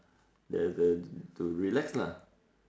just uh to relax lah